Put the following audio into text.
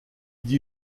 lui